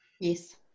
Yes